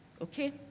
Okay